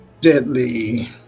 Deadly